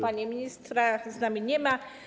Pana ministra z nami nie ma.